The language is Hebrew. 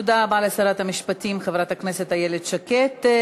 תודה רבה לשרת המשפטים חברת הכנסת איילת שקד.